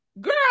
girl